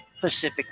Pacific